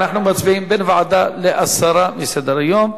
אנחנו מצביעים בין ועדה להסרה מסדר-היום.